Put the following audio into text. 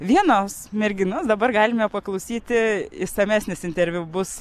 vienos merginos dabar galime paklausyti išsamesnis interviu bus